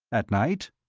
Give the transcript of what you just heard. at night?